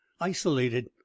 Isolated